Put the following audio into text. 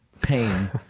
pain